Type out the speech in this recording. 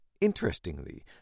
Interestingly